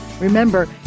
Remember